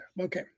Okay